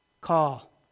call